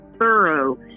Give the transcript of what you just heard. thorough